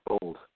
bold